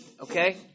okay